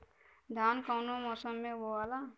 धान कौने मौसम मे बोआला?